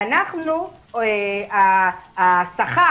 את השכר,